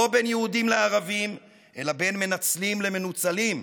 לא בין יהודים לערבים אלא בין מנצלים למנוצלים,